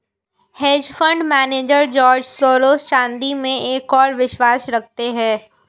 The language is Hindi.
hedge fund manager George Soros चांदी में एक और विश्वास रखते हैं